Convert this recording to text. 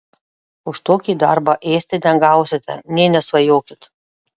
už tokį darbą ėsti negausite nė nesvajokit